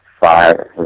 five